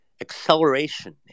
acceleration